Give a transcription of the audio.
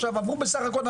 עכשיו עברו בסך הכל,